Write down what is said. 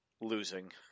losing